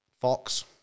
Fox